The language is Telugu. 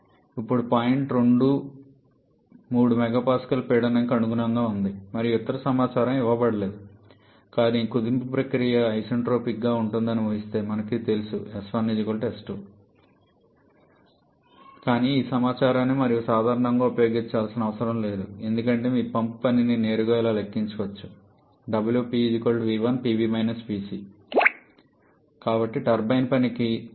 ఇప్పుడు పాయింట్2 3 MPa పీడనం కి అనుగుణంగా ఉంటుంది మరియు ఇతర సమాచారం ఇవ్వబడలేదు కానీ కుదింపు ప్రక్రియ ఐసెంట్రోపిక్గా ఉంటుందని ఊహిస్తే మనకు ఇది తెలుసు కానీ ఈ సమాచారాన్ని మనము సాధారణంగా ఉపయోగించాల్సిన అవసరం లేదు ఎందుకంటే మీకు పంప్ పనిని నేరుగా ఇలా లెక్కించవచ్చు కాబట్టి టర్బైన్ పనికి 3